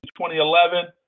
2011